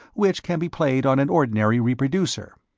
which can be played on an ordinary reproducer.